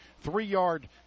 three-yard